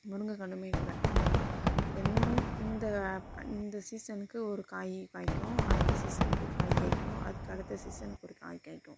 முருங்கைக் கன்றுமே கூட எந் இந்த இந்த சீசனுக்கு ஒரு காய் காய்க்கும் அடுத்த சீசனுக்கு ஒரு காய் காய்க்கும் அதுக்கடுத்த சீசனுக்கு ஒரு காய் காய்க்கும்